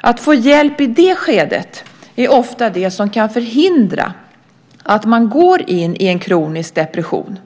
Att få hjälp i det skedet är ofta det som kan förhindra att man går in i en kronisk depression.